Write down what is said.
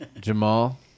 Jamal